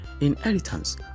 Inheritance